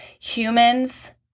humans